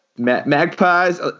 magpies